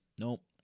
Nope